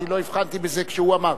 אני לא הבחנתי בזה כשהוא אמר.